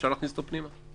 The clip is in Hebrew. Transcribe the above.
אפשר להכניס אותו פנימה?